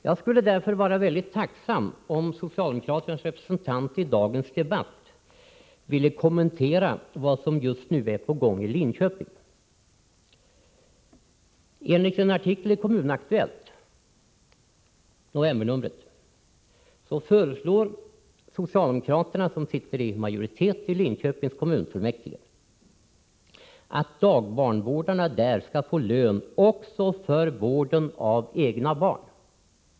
Jag skulle därför vara tacksam om socialdemokraternas representant i dagens debatt ville kommentera vad som just nu är på gång i Linköping. Enligt en artikel i novembernumret av Kommunaktuellt föreslår socialdemokraterna, som sitter i majoritet i fullmäktige i Linköping, att dagbarnvårdarna skall få lön också för vården av egna barn.